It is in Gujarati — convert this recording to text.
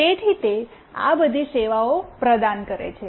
તેથી તે આ બધી સેવાઓ પ્રદાન કરે છે